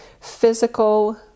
physical